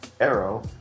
arrow